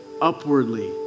upwardly